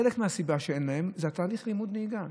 חלק מהסיבה שאין להן זה תהליך לימוד הנהיגה.